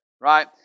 right